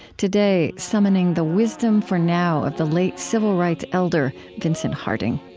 today, summoning the wisdom for now of the late civil rights elder vincent harding.